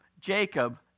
Jacob